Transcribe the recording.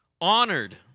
honored